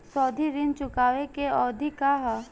सावधि ऋण चुकावे के अवधि का ह?